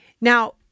Now